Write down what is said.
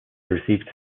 received